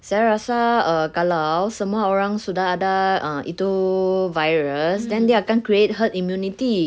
saya rasa err kalau semua orang sudah ada uh itu virus then dia akan create herd immunity